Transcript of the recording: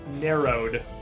narrowed